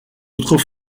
autre